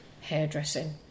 hairdressing